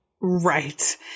Right